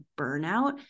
burnout